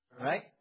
right